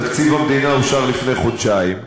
תקציב המדינה אושר לפני חודשיים,